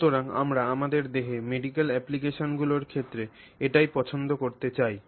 সুতরাং আমরা আমাদের দেহে মেডিকেল অ্যাপ্লিকেশনগুলির ক্ষেত্রে এটিই পছন্দ করতে চাই